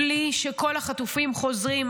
בלי שכל החטופים חוזרים,